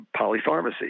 polypharmacy